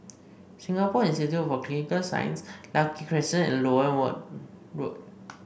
Singapore Institute for Clinical Sciences Lucky Crescent and Loewen Road